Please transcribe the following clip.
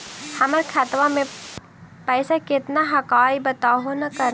हमर खतवा में पैसा कितना हकाई बताहो करने?